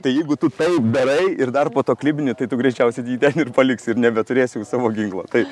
tai jeigu tu taip darai ir dar po to klibini tai tu greičiausiai jį ten ir paliksi ir nebeturėsi savo ginklo tai